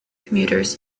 commuters